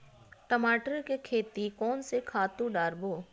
टमाटर के खेती कोन से खातु डारबो?